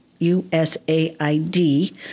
USAID